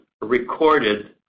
recorded